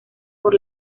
por